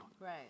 Right